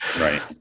right